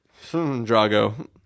Drago